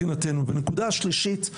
הנקודה השלישית,